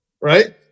right